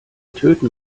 töten